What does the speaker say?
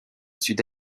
sud